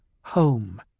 home